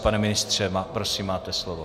Pane ministře, prosím, máte slovo.